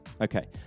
Okay